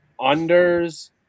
Unders